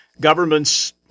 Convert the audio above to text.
Governments